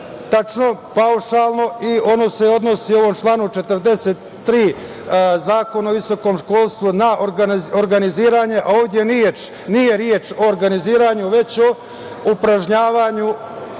netačno, paušalno i ono se odnosi u ovom članu 43. Zakona o visokom školstvu na organiziranje, a ovde nije reč o organiziranju već o upražnjavanju